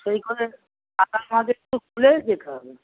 এই করে খুলে যেতে হবে